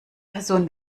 person